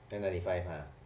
N ninety five !huh!